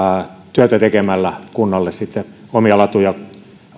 työtä tekemällä kunnalle sitten omia latuja